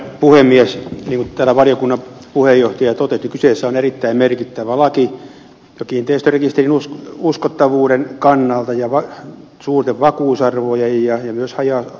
niin kuin täällä valiokunnan puheenjohtaja totesi kyseessä on erittäin merkittävä laki jo kiinteistörekisterin uskottavuuden kannalta ja suurten vakuusarvojen ja myös haja alueitten kannalta